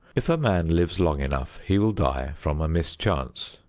if a man lives long enough he will die from a mischance.